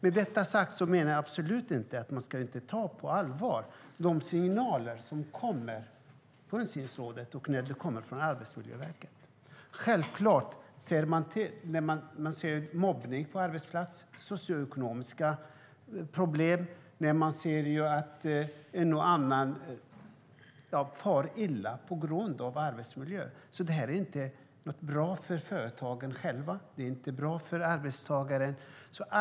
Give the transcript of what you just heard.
Med detta sagt menar jag absolut inte att man inte ska ta de signaler som kommer från insynsrådet och Arbetsmiljöverket på allvar. Självklart ska man ta mobbning, socioekonomiska problem eller att en och annan far illa på grund av arbetsmiljön på allvar. Det är inte bra för företagen eller för arbetstagarna.